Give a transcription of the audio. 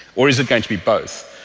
or is it going to be both?